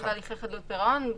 להליכי חדלות פירעון.